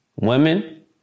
Women